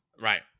Right